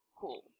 cool